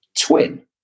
twin